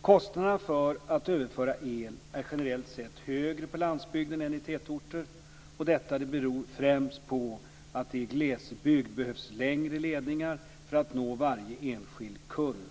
Kostnaderna för att överföra el är generellt sett högre på landsbygden än i tätorter. Detta beror främst på att det i glesbygd behövs längre ledningar för att nå varje enskild kund.